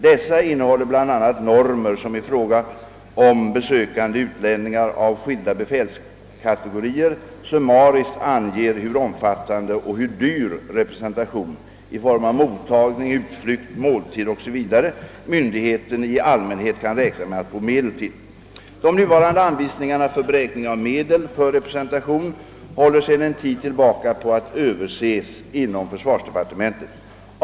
Dessa innehåller bl.a. normer som i fråga om besökande utlänningar av skilda befälskategorier summariskt anger hur omfattande och hur dyr representation — i form av mottagning, utflykt, måltid o. s. v. — myndigheten i allmänhet kan räkna med att få medel till. De nuvarande anvisningarna för beräkning av medel för representation håller sedan en tid tillbaka på att överses inom försvarsdepartementet.